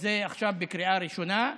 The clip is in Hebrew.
זה עכשיו בקריאה ראשונה.